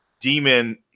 demon